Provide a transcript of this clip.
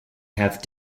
have